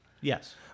yes